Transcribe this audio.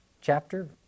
chapter